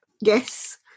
yes